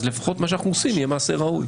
לפחות מה שאנחנו עושים יהיה מעשה ראוי.